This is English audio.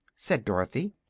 said dorothy,